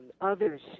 others